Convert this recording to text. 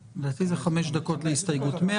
מוגבלות בסדר גודל של 10%,15% מהכמות שיש להן כל שנה.